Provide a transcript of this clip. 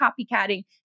copycatting